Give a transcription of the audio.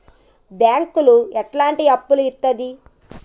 బ్యాంకులు ఎట్లాంటి అప్పులు ఇత్తది?